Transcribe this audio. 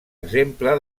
exemple